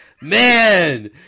Man